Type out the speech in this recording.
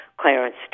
Clarence